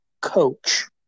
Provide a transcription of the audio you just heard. coach